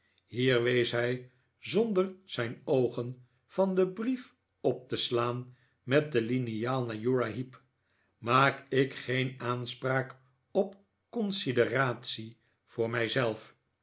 hier wees hij zonder zijn oogen van den brief op te slaan met de liniaal naar uriah heep maak ik geen aanspraak op consideratie voor